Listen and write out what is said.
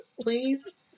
Please